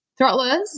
Throttlers